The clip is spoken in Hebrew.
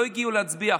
לא הגיעו להצביע,